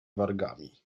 wargami